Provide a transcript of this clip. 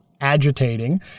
Agitating